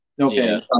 Okay